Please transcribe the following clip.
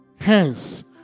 Hence